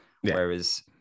Whereas